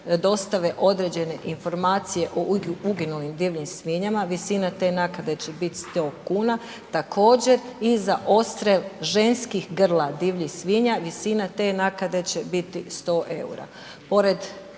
dostave određene informacije o uginulim divljim svinjama. Visine te naknade će biti 100 kuna, također i za odstrjel ženskih grla divljih svinja, visina te naknade će biti 100 eura.